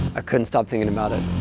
ah couldn't stop thinking about it.